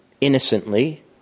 innocently